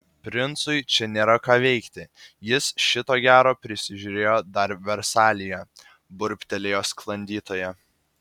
princui čia nėra ką veikti jis šito gero prisižiūrėjo dar versalyje burbtelėjo sklandytoja